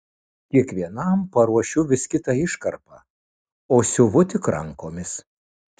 kiekvienam paruošiu vis kitą iškarpą o siuvu tik rankomis